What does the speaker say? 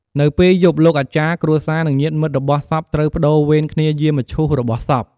នៅពេលយប់លោកអាចារ្យ គ្រួសារ និងញាតិមិត្តរបស់សពត្រូវប្តូរវេនគ្នាយាមមឈូសរបស់សព។